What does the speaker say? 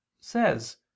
says